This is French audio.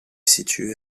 situé